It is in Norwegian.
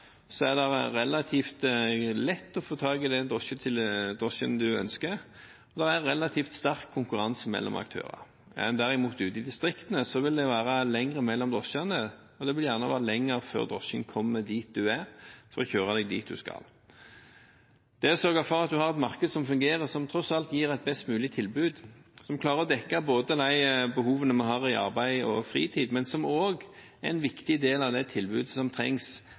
så mange individuelle ulike reisemål at buss ikke dekker alle behov. Drosjemarkedet er veldig ulikt fra sted til sted. I Oslo, Bergen, Trondheim, Stavanger og andre større byer er det relativt lett å få tak i drosje til dit du ønsker, og det er relativt sterk konkurranse mellom aktørene. Ute i distriktene, derimot, vil det være lenger mellom drosjene, og det tar gjerne lenger tid før drosjen kommer dit du er, for å kjøre deg dit du skal. Det å sørge for at man har et marked som fungerer, som tross alt gir et best mulig tilbud, og som klarer å dekke de behovene man har når det